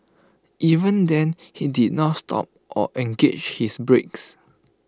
even then he did not stop or engaged his brakes